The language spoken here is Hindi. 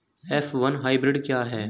एफ वन हाइब्रिड क्या है?